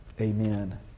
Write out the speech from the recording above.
Amen